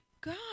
God